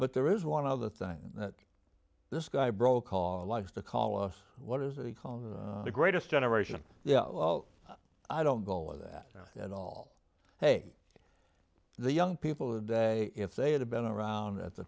but there is one other thing that this guy brokaw likes to call us what is it called the greatest generation yeah well i don't go with that at all hey the young people who day if they had been around at the